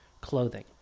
Clothing